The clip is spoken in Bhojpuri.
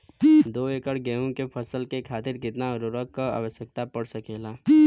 दो एकड़ गेहूँ के फसल के खातीर कितना उर्वरक क आवश्यकता पड़ सकेल?